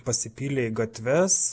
pasipylė į gatves